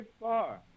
far